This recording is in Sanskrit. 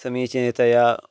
समीचीनतया